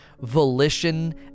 volition